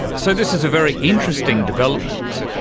so this is a very interesting development,